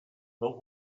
but